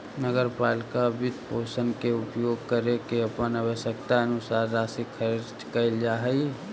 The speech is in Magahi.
नगर पालिका वित्तपोषण के उपयोग करके अपन आवश्यकतानुसार राशि खर्च कैल जा हई